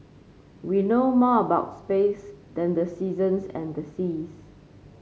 we know more about space than the seasons and the seas